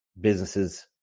businesses